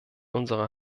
unserer